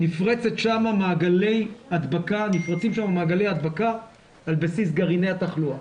נפרצים שם מעגלי הדבקה על בסיס גרעיני התחלואה.